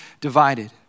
divided